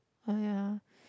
!aiya!